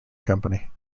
company